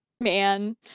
man